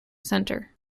centre